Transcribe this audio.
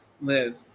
live